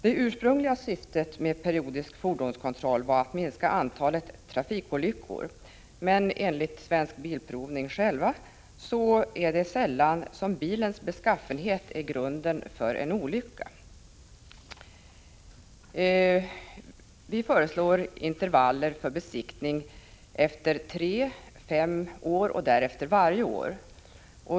Det ursprungliga syftet med periodiska fordonskontroller var att minska antalet trafikolyckor, men enligt Svensk Bilprovning själv är det sällan som bilens beskaffenhet är grunden till en olycka. Vi anser därför att kontrollerna bör kunna glesas ut. Vi föreslår nya intervaller för besiktning: efter tre och fem år och därefter varje år.